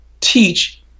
teach